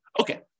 Okay